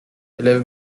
élève